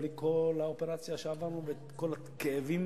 בלי כל האופרציה שעברנו וכל הכאבים